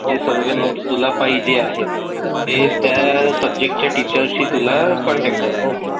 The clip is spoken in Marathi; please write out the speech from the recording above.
जे सर्व नोट्स तुला पाहिजे आहेत ते त्या सब्जेक्टच्या टीचरशी तुला कॉन्टॅक्ट करावं लागेल